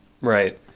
Right